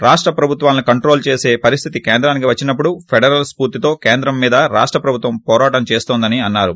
రాష్ట ప్రభుత్వాలను కంట్రోల్ చేస పరిస్లితి కేంద్రానికి వచ్చినప్పుడు పెడరల్ స్పూర్తితో కేంద్రం మీద రాష్ట్ ప్రభుత్వం పోరాటం చేస్తోందని అన్నారు